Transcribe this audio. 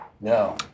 No